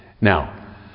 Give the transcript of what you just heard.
now